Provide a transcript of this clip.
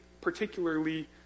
particularly